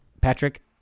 Patrick